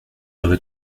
aurez